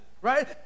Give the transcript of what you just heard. right